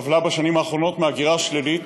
סבלה בשנים האחרונות מהגירה שלילית.